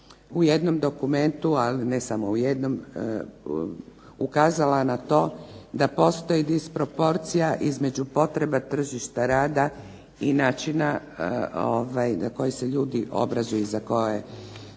u jednom dokumentu ali ne samo u jednom ukazala na to da postoji disproporcija između potreba tržišta rada i načina na koji se ljudi obrazuju i za koja